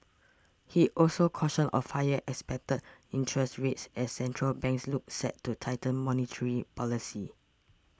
he also cautioned of higher expected interest rates as central banks look set to tighten monetary policy